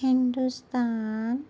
Hindustan